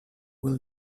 will